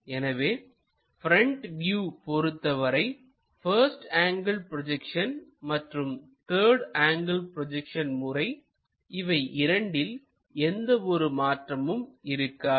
எனவே front view பொருத்தவரை first angle projection மற்றும் த்தர்டு ஆங்கிள் ப்ரொஜெக்ஷன் முறை இவை இரண்டில் எந்த ஒரு மாற்றமும் இருக்காது